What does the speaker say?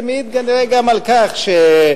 זה מעיד כנראה גם על כך שאי-אפשר,